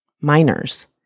minors